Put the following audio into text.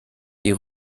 die